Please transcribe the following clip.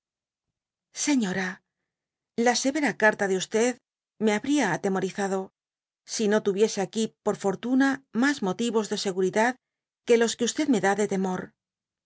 oekora la severa carta de me habría atemorizado si no tuviese aquí por fortuna mas motivos de seguridad que los que me dá de dby google temor